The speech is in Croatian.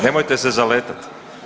Nemojte se zaletat.